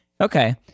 Okay